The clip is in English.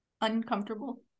uncomfortable